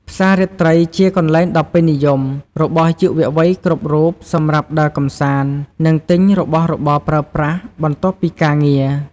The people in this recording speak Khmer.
ផ្សាររាត្រីជាកន្លែងដ៏ពេញនិយមរបស់យុវវ័យគ្រប់រូបសម្រាប់ដើរកម្សាន្ត និងទិញរបស់របរប្រើប្រាស់ បន្ទាប់ពីការងារ។